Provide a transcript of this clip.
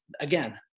again